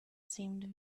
seemed